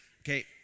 Okay